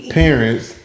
parents